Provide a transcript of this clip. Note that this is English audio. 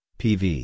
pv